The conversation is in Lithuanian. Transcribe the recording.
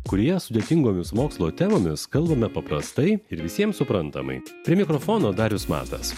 kurioje sudėtingomis mokslo temomis kalbame paprastai ir visiem suprantamai prie mikrofono darius matas